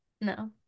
No